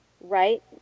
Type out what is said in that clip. right